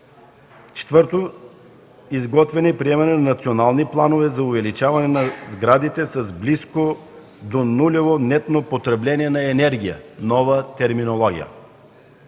Четвърто, изготвяне и приемане на национален план за увеличаване на сградите с близко до нулево нетно потребление на енергия – нова терминология.